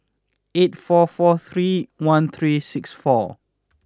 eight four four three one three six four